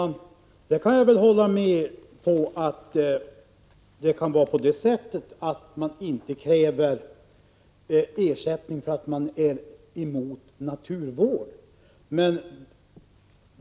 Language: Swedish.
Herr talman! Jag kan hålla med om att det kan vara så att man inte kräver ersättning för att man är emot naturvård.